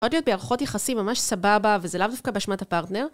עוד בערכות יחסים ממש סבבה וזה לאו דווקא באשמת הפרטנר